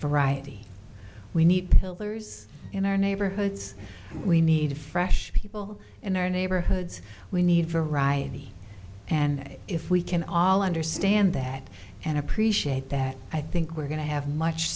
writing we need builders in our neighborhoods we need fresh people in our neighborhoods we need variety and if we can all understand that and appreciate that i think we're going to have much